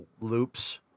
loops